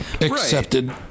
accepted